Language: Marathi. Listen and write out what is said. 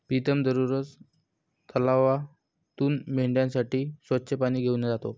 प्रीतम दररोज तलावातून मेंढ्यांसाठी स्वच्छ पाणी घेऊन जातो